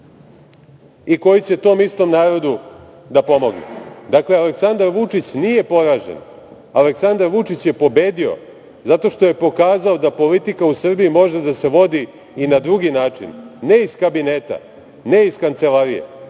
i koji će tom istom narodu da pomogne. Dakle, Aleksandar Vučić nije poražen. Aleksandar Vučić je pobedio zato što je pokazao da politika u Srbiji može da se vodi i na drugi način, ne iz kabineta, ne iz kancelarije,